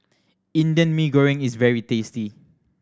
Indian Mee Goreng is very tasty